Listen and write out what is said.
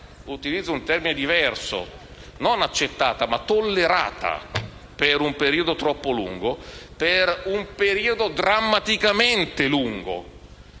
utilizzo un termine diverso - tollerata per un periodo troppo lungo, per un periodo drammaticamente lungo.